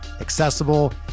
accessible